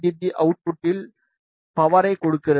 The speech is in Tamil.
பி அவுட்புட்டில் பவர்யைக் கொடுக்கிறது